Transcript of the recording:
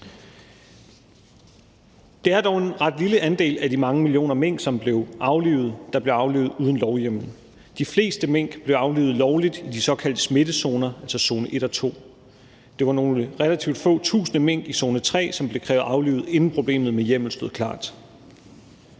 Det er dog en ret lille andel af de mange millioner mink, som blev aflivet, der blev aflivet uden lovhjemmel. De fleste mink blev aflivet lovligt i de såkaldte smittezoner, altså zone 1 og 2. Det var nogle relativt få tusinde mink i zone 3, som blev krævet aflivet, inden problemet med hjemmel stod klart.